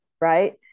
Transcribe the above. right